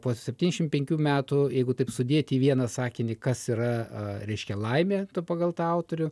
po septyniasdešimt penkių metų jeigu taip sudėti į vieną sakinį kas yra reiškia laimė pagal tą autorių